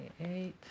eight